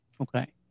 Okay